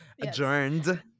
Adjourned